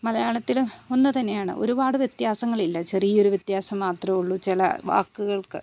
മലയാളത്തിൽ ഒന്ന് തന്നെയാണ് ഒരുപാട് വ്യത്യാസങ്ങൾ ഇല്ല ചെറിയ ഒരു വ്യത്യാസം മാത്രമേ ഉള്ളൂ ചില വാക്കുകൾക്ക്